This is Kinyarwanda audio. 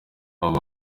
abo